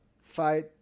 fight